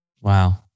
Wow